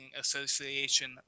Association